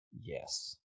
Yes